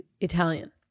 Italian